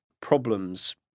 problems